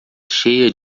cheia